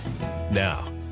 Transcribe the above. Now